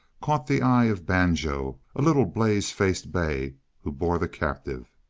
caught the eye of banjo, a little blaze faced bay who bore the captive.